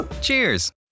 Cheers